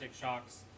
shocks